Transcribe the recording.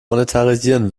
monetarisieren